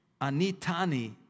Anitani